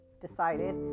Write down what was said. decided